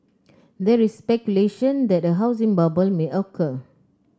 there is speculation that a housing bubble may occur